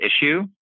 issue